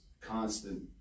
constant